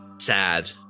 sad